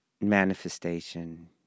manifestation